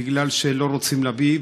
בגלל שלא רוצים להביא,